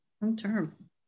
Long-term